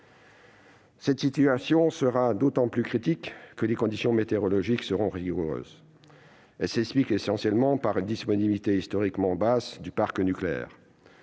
Cette situation sera d'autant plus critique que les conditions météorologiques seront rigoureuses. Elle s'explique essentiellement par « une disponibilité historiquement basse du parc nucléaire